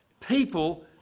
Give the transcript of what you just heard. people